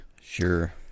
Sure